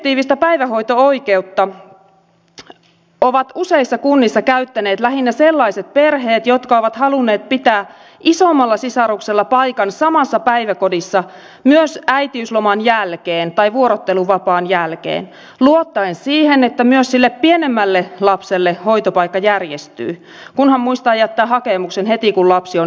subjektiivista päivähoito oikeutta ovat useissa kunnissa käyttäneet lähinnä sellaiset perheet jotka ovat halunneet pitää isommalla sisaruksella paikan samassa päiväkodissa myös äitiysloman jälkeen tai vuorotteluvapaan jälkeen luottaen siihen että myös sille pienemmälle lapselle hoitopaikka järjestyy kunhan muistaa jättää hakemuksen heti kun lapsi on nimen saanut